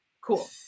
Cool